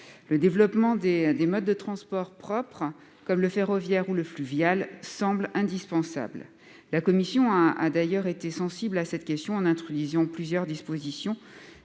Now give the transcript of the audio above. Le développement des modes de transport propres comme le ferroviaire ou le fluvial semble indispensable. La commission a d'ailleurs été sensible à cette question en introduisant plusieurs dispositions